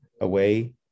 away